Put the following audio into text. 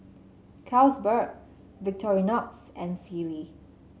Carlsberg Victorinox and Sealy